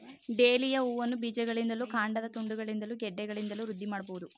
dahlia ಹೂವನ್ನ ಬೀಜಗಳಿಂದಲೂ ಕಾಂಡದ ತುಂಡುಗಳಿಂದಲೂ ಗೆಡ್ಡೆಗಳಿಂದಲೂ ವೃದ್ಧಿ ಮಾಡ್ಬಹುದು